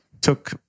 took